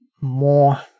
more